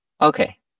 Okay